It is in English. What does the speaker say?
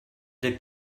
the